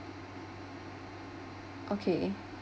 okay